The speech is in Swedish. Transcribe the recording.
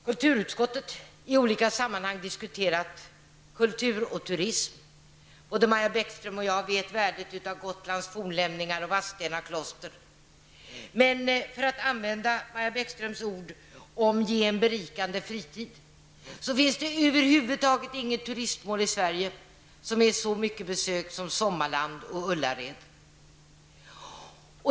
Kulturutskottet har i olika sammanhang diskuterat frågan om kultur och turism. Både Maja Bäckström och jag vet värdet av Gotlands fornlämningar och Vadstena kloster. Men när det gäller att ge en berikande fritid, för att använda Maja Bäckströms ord, finns det över huvud taget inget turistmål i Sverige som är så mycket besökt som Sommarland och Ullared.